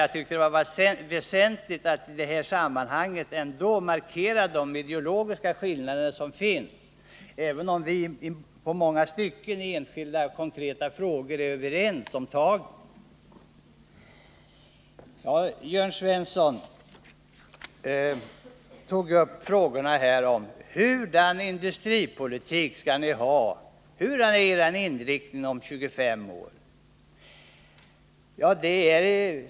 Jag tyckte det var väsentligt att i det här sammanhanget markera de ideologiska skillnader som finns, även om vi i många enskilda konkreta frågor är överens om tagen. Jörn Svensson frågade: Hurdan industripolitik skall ni ha, vilken är er inriktning om 25 år?